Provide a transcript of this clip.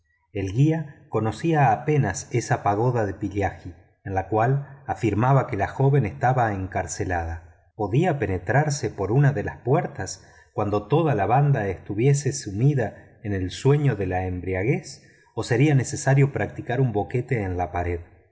el guía conocía apenas esa pagoda de pillaji en la cual afirmaba que la joven estaba encarcelada podía penetrarse por una de las puertas cuando toda la banda estuviese sumida en el sueño de la embriaguez o sería necesario practicar un boquete en la pared